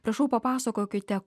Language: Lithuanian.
prašau papasakokite